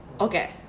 Okay